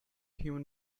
human